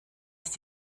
ist